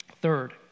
Third